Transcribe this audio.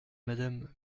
madame